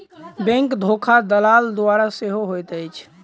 bank धोखा दलाल द्वारा सेहो होइत अछि